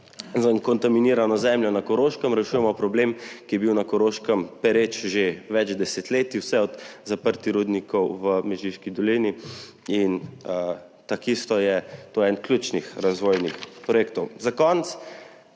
za kontaminirano zemljo na Koroškem rešujemo problem, ki je bil na Koroškem pereč že več desetletij, vse od zaprtja rudnikov v Mežiški dolini, in takisto je to eden ključnih razvojnih projektov. Za konec